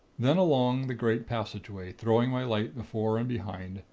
then along the great passageway, throwing my light before and behind,